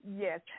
Yes